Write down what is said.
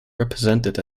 represented